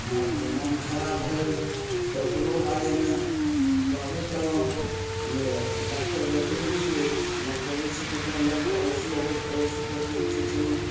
मालके मोन खराब भेल तकरो बारेमे कहबे कयलहुँ जे डाक्टर देखबय छियै डाक्टरोसँ देखेलहुँ पड़ोसी अड़ोस पड़ोससँ देखल पूछलहुँ